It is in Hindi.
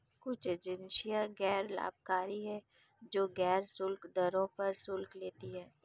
कुछ एजेंसियां गैर लाभकारी हैं, जो गैर शुल्क दरों पर शुल्क लेती हैं